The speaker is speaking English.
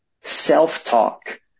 self-talk